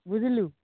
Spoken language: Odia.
ବୁଝିଲୁ